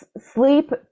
sleep